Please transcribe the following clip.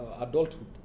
adulthood